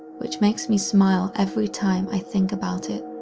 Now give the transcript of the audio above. which makes me smile every time i think about it.